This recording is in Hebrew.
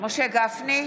משה גפני,